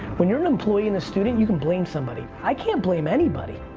when you're an employee and a student you can blame somebody, i can't blame anybody.